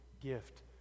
gift